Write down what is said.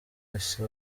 wese